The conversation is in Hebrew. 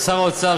ושר האוצר,